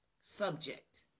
subject